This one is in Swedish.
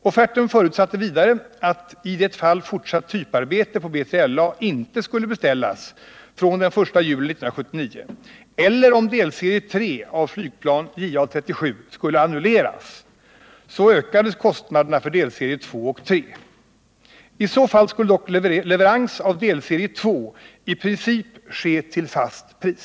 Offerten förutsatte vidare att i det fall fortsatt typarbete på B3LA inte skulle beställas från den 1 juli 1979 eller om delserie 3 av flygplan JA 37 skulle annulleras, så ökades kostnaderna för delserie 2 och 3. I så fall skulle dock leverans av delserie 2 i princip ske till fast pris.